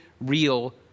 real